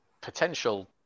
potential